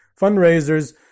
fundraisers